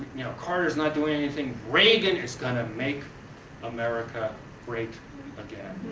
you know carter's not doing anything, reagan is going to make america great again.